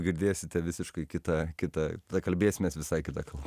girdėsite visiškai kitą kitątada kalbėsimės visai kita kalba